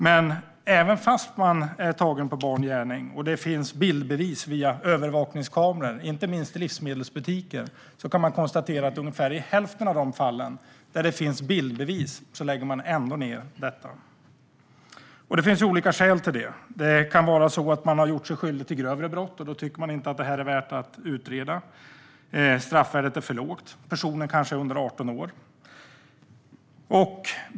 Men även om gärningsmannen är tagen på bar gärning och det finns bildbevis via övervakningskameror, inte minst i livsmedelsbutiker, kan man konstatera att ungefär hälften av de fallen ändå läggs ned. Det finns olika skäl till det. Personen kan ha gjort sig skyldig till grövre brott; då tycker man inte att detta är värt att utreda. Straffvärdet är för lågt. Personen kanske är under 18 år.